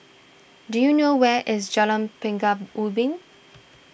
do you know where is Jalan Pekan Ubin